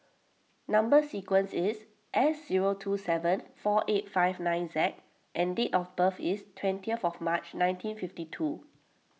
Number Sequence is S zero two seven four eight five nine Z and date of birth is twentieth March nineteen fifty two